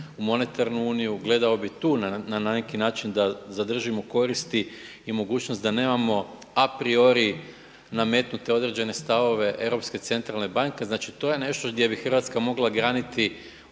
u monetarnu uniju, gledao bih tu na neki način da zadržimo koristi i mogućnost da nemamo a priori nametnute određene stavove Europske centralne banke. Znači to je nešto gdje bi Hrvatska mogla graditi